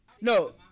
No